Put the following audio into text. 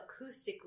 acoustically